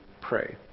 pray